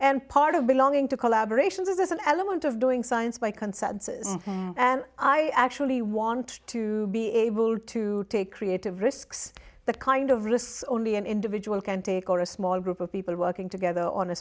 and part of belonging to collaboration is there's an element of doing science by consensus and i actually want to be able to take creative risks that kind of lists only an individual can take or a small group of people working together on a